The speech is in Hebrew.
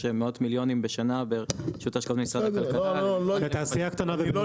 יש מאות מיליונים בשנה --- אני לא נכנס לזה.